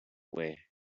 way